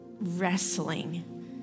wrestling